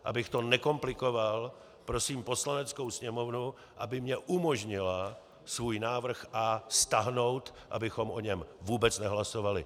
Abych to nekomplikoval, prosím Poslaneckou sněmovnu, aby mi umožnila svůj návrh A stáhnout, abychom o něm vůbec nehlasovali.